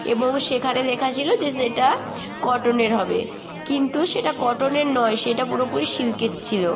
এবং সেখানে লেখা ছিল যে সেটা কটনের হবে কিন্তু সেটা কটনের নয় সেটা পুরোপুরি সিল্কের ছিল